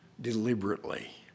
deliberately